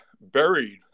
buried